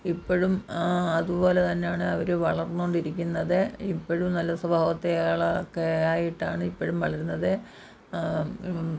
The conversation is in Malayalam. ഇപ്പോഴും അതുപോലെതന്നെയാണ് അവര് വളർന്നുകൊണ്ടിരിക്കുന്നത് ഇപ്പോഴും നല്ല സ്വഭാവത്തെയാളൊക്കെ ആയിട്ടാണ് ഇപ്പോഴും വളരുന്നത്